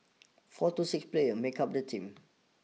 four to six players make up the team